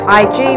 ig